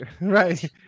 right